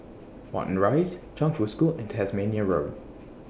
Watten Rise Chongfu School and Tasmania Road